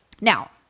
Now